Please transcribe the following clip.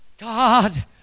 God